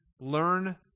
Learn